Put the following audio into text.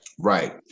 Right